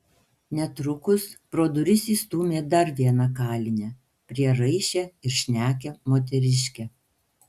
netrukus pro duris įstūmė dar vieną kalinę prieraišią ir šnekią moteriškę